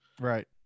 right